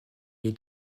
est